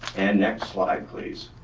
and next slide, please.